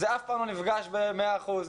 זה אף פעם לא נפגָש במאה אחוז.